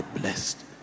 blessed